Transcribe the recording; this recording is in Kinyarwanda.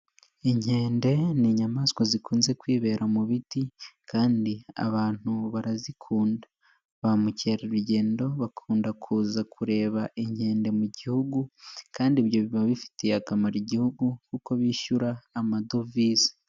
Inkende ni inyamaswa zikunze kwibera mu biti kandi abantu barazikunda, ba mukerarugendo bakunda kuza kureba inkende mu gihugu, kandi ibyo biba bifitiye akamaro igihugu kuko bishyura amadovize.